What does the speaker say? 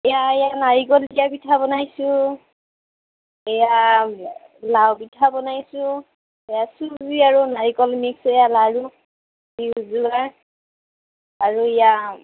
এইয়া এইয়া নাৰিকল দিয়া পিঠা বনাইছোঁ এইয়া লাউ পিঠা বনাইছোঁ এইয়া চুজি আৰু নাৰিকল মিক্স এইয়া লাৰু বিহুৰ যোগাৰ আৰু এইয়া